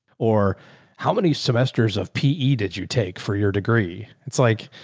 or how many semesters of pe did you take for your degree? it's like,